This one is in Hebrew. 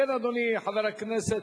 כן, אדוני חבר הכנסת,